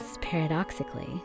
paradoxically